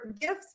gifts